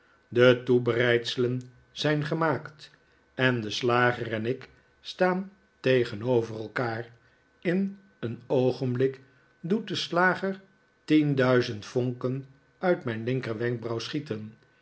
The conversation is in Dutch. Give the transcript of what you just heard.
de toebereidselen zijn gemaakt en de slager en ik staan tegenover elkaar in een oogenblik doet de slager tienduizend vonken uit mijn linkerwenkbrauw schieten